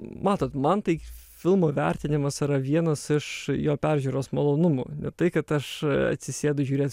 matot man tai filmo vertinimas yra vienas iš jo peržiūros malonumų tai kad aš atsisėdu žiūrėt